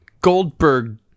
Goldberg